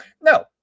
No